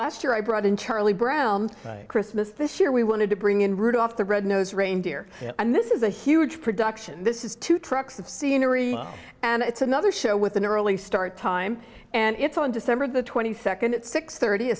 last year i brought in charlie brown christmas this year we wanted to bring in rudolph the red nosed reindeer and this is a huge production this is two trucks of scenery and it's another show with an early start time and it's on december the twenty second at six thirty a